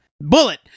Bullet